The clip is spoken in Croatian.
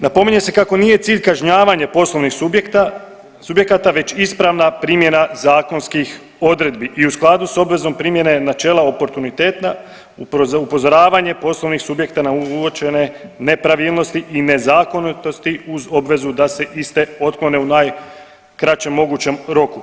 Napominje se kako nije cilj kažnjavanje poslovnih subjekata već ispravna primjena zakonskih odredbi i u skladu sa obvezom primjene načela oportuniteta upozoravanje poslovnih subjekta na uočene nepravilnosti i nezakonitosti uz obvezu da se iste otklone u najkraćem mogućem roku.